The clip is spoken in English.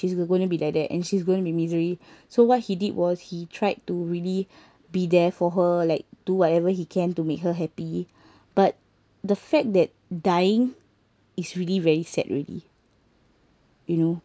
she's gonna be like that and she's gonna be misery so what he did was he tried to really be there for her like do whatever he can to make her happy but the fact that dying is really very sad already you know